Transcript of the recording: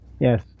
yes